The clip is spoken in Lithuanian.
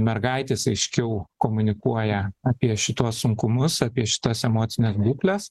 mergaitės aiškiau komunikuoja apie šituos sunkumus apie šitas emocines būkles